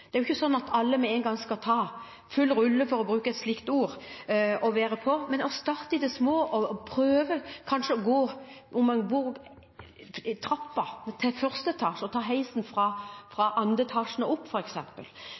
Det skal jo ikke være full rulle – for å bruke et slikt uttrykk – for alle med en gang. Man kan starte i det små og kanskje prøve å gå trappen ned til første etasje og ta heisen fra andre etasje og opp,